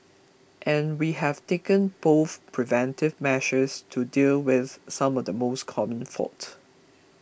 and we have taken both preventive measures to deal with some of the most common faults